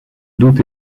doute